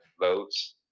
votes